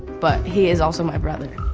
but he is also my brother.